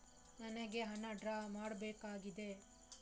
ನನಿಗೆ ಹಣ ಡ್ರಾ ಮಾಡ್ಬೇಕಾಗಿದೆ